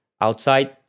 outside